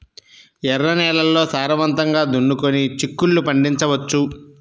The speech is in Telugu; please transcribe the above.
ఎర్ర నేలల్లో సారవంతంగా దున్నుకొని చిక్కుళ్ళు పండించవచ్చు